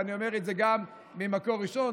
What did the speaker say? ואני אומר את זה גם ממקור ראשון.